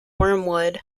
wormwood